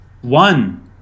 one